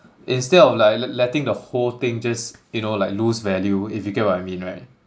instead of like le~ letting the whole thing just you know like lose value if you get what I mean right